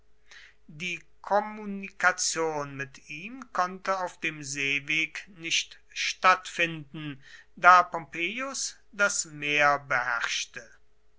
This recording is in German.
die kommunikation mit ihm konnte auf dem seeweg nicht stattfinden da pompeius das meer beherrschte